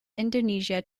indonesia